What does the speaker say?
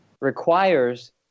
requires